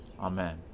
Amen